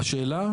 השאלה,